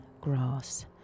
grass